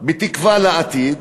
בתקווה לעתיד,